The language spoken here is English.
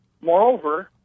moreover